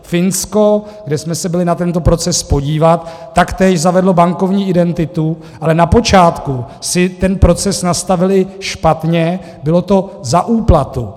Finsko, kde jsme se byli na tento proces podívat, taktéž zavedlo bankovní identitu, ale na počátku si ten proces nastavili špatně bylo to za úplatu.